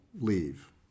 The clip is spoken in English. leave